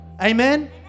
Amen